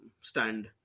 stand